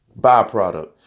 byproduct